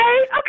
okay